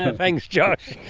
and thanks jos,